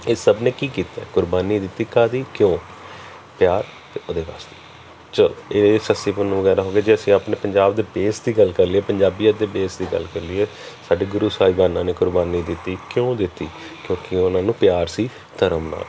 ਇਹ ਸਭ ਨੇ ਕੀ ਕੀਤਾ ਕੁਰਬਾਨੀ ਦਿੱਤੀ ਕਾਹਦੀ ਕਿਉਂ ਪਿਆਰ ਉਹਦੇ ਵਾਸਤੇ ਇਹ ਸੱਸੀ ਪੰਨੂੰ ਹੋਗੇ ਜੇ ਅਸੀੰ ਆਪਣੇ ਪੰਜਾਬ ਦੇ ਬੇਸ 'ਤੇ ਗੱਲ ਕਰ ਲਈਏ ਪੰਜਾਬੀਅਤ ਦੇ ਬੇਸ ਦੀ ਗੱਲ ਕਰ ਲਈਏ ਸਾਡੇ ਗੁਰੂ ਸਾਹਿਬਾਨਾਂ ਨੇ ਕੁਰਬਾਨੀ ਦਿੱਤੀ ਕਿਉਂ ਦਿੱਤੀ ਕਿਉਂਕਿ ਉਹਨਾਂ ਨੂੰ ਪਿਆਰ ਸੀ ਧਰਮ ਨਾਲ